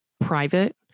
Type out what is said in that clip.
private